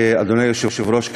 אדוני היושב-ראש,